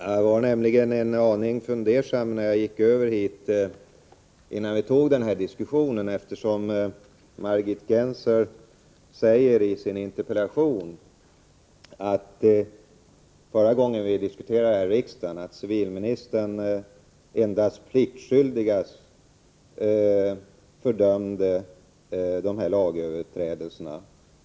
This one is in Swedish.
Jag var nämligen en aning fundersam när jag gick över hit från regeringskansliet för att delta i denna debatt, eftersom Margit Gennser i sin interpellation säger att jag förra gången vi diskuterade denna fråga i riksdagen ”endast pliktskyldigast” fördömde lagöverträdelserna.